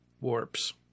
warps